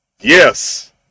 Yes